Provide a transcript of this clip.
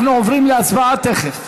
אנחנו עוברים להצבעה תכף.